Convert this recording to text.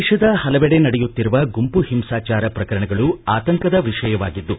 ದೇಶದ ಹಲವೆಡೆ ನಡೆಯುತ್ತಿರುವ ಗುಂಪು ಹಿಂಸಾಚಾರ ಪ್ರಕರಣಗಳು ಆತಂಕದ ವಿಷಯವಾಗಿದ್ದು